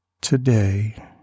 Today